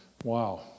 Wow